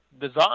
design